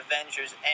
Avengers